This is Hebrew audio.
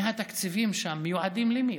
מהתקציבים שם ומיועדים למי?